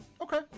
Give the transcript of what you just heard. Okay